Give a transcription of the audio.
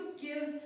gives